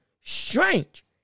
strange